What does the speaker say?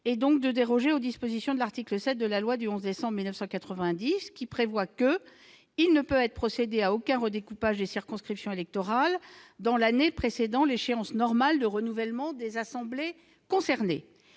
et donc de déroger aux dispositions de l'article 7 de la loi du 11 décembre 1990, qui prévoit qu'« il ne peut être procédé à aucun redécoupage des circonscriptions électorales dans l'année précédant l'échéance normale de renouvellement des assemblées concernées.